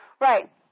Right